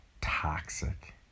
toxic